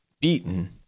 beaten